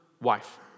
wife